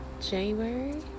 January